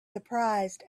surprised